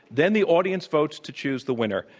then the audience votes to choose the winner,